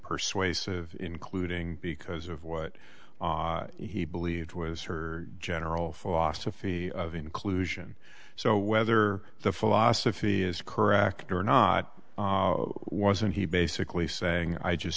persuasive including because of what he believed was her general philosophy of inclusion so whether the philosophy is correct or not wasn't he basically saying i just